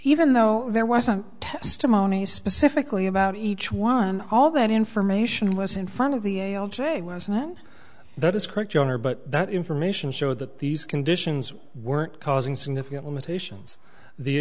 even though there was a testimony specifically about each one all that information was in front of the a l j was one that is correct on her but that information showed that these conditions weren't causing significant limitations the